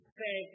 say